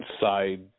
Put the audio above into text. side